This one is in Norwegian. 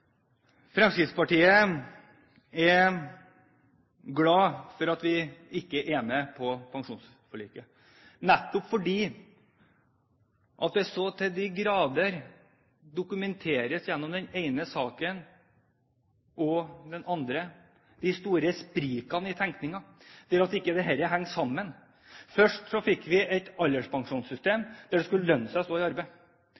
Fremskrittspartiet er glad for at vi ikke er med på pensjonsforliket, nettopp fordi det så til de grader dokumenteres gjennom den ene saken etter den andre, de store sprikene i tenkningen, det at dette ikke henger sammen. Først fikk vi et